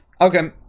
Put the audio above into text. Okay